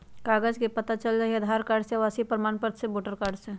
कागज से पता चल जाहई, आधार कार्ड से, आवासीय प्रमाण पत्र से, वोटर कार्ड से?